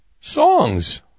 Songs